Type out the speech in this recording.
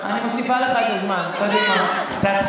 חברת